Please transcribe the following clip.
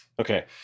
Okay